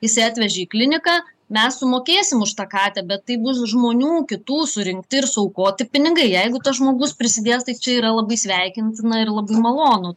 jis ją atvežė į kliniką mes sumokėsim už tą katę bet tai bus žmonių kitų surinkti ir suaukoti pinigai jeigu tas žmogus prisidės tai čia yra labai sveikintina ir labai malonu